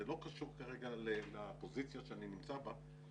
זה לא קשור כרגע לפוזיציה שאני נמצא בה,